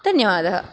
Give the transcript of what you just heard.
धन्यवादः